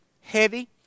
heavy